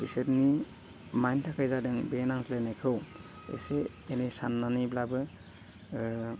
बिसोरनि मानि थाखाय जादों बे नांज्लायनायखौ एसे एनै सान्नानैब्लाबो